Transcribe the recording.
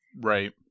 Right